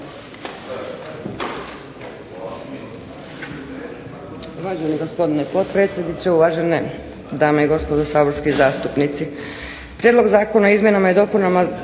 Uvaženi potpredsjedniče, uvažene dame i gospodo saborski zastupnici. Prijedlog Zakona o izmjenama i dopunama